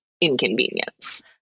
inconvenience